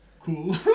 Cool